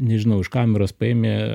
nežinau iš kameros paėmė